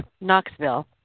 Knoxville